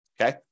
okay